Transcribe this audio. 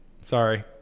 Sorry